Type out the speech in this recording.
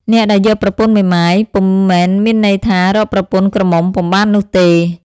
អ្នកដែលយកប្រពន្ធមេម៉ាយ ពុំមែនមានន័យថា រកប្រពន្ធក្រមុំពុំបាននោះទេ ។